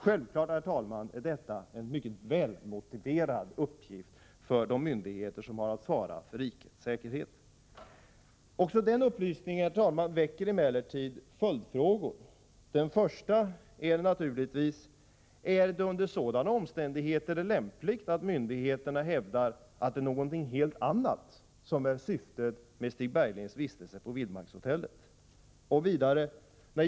Detta är självfallet en mycket välmotiverad uppgift för de myndigheter som har att svara för rikets säkerhet. Herr talman! Också den upplysningen väcker emellertid följdfrågor. Den första är naturligtvis: Är det under sådana omständigheter lämpligt att myndigheterna hävdar att det är någonting helt annat som är syftet med Stig Berglings vistelse på Vildmarkshotellet?